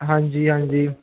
ਹਾਂਜੀ ਹਾਂਜੀ